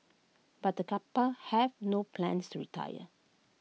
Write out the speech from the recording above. but the couple have no plans to retire